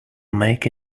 make